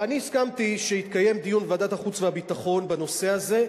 הסכמתי שיתקיים דיון בוועדת החוץ והביטחון בנושא הזה.